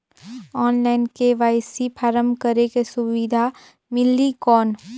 Online KYC form करेके सुविधा मिली कौन?